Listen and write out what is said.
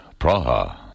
Praha